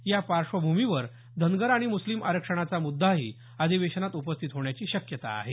या पार्श्वभूमीवर धनगर आणि मुस्लिम आरक्षणाचा मुद्दाही अधिवेशनात उपस्थित होण्याची शक्यता आहे